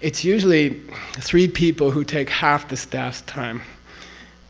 it's usually three people who take half the staff's time